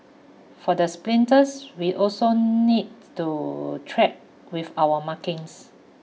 for the sprinters we also needs to track with our markings